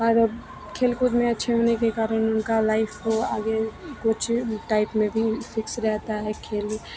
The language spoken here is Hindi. पर खेल कूद में अच्छे होने के कारण उनकी लाइफ वह आगे कुछ टाइप में भी फिक्स रहता है खेल